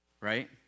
Right